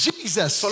Jesus